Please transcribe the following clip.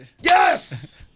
Yes